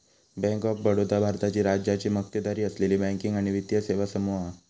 bank of Baroda भारताची राज्याची मक्तेदारी असलेली बँकिंग आणि वित्तीय सेवा समूह हा